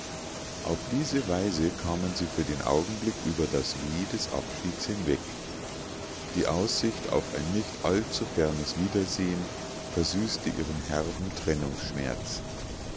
auf diese weise kamen sie für den augenblick über das weh des abschieds hinweg die aussicht auf ein nicht allzufernes wiedersehen versüßte ihren herben